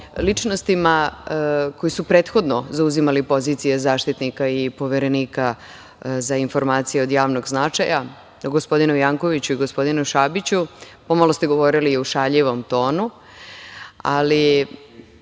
ličnostima koje su prethodno zauzimali pozicije Zaštitnika građana i Poverenika za informacije od javnog značaja o gospodinu Jankoviću i gospodinu Šabiću. Pomalo ste govorili u šaljivom tonu,